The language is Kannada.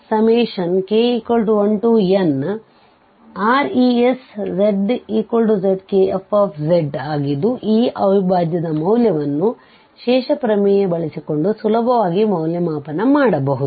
ಆದ್ದರಿಂದ Cfzdz2πik1nReszzkf ಆಗಿದ್ದುಈ ಅವಿಭಾಜ್ಯದ ಮೌಲ್ಯವನ್ನು ಶೇಷ ಪ್ರಮೇಯ ಬಳಸಿಕೊಂಡು ಸುಲಭವಾಗಿ ಮೌಲ್ಯಮಾಪನ ಮಾಡಬಹುದು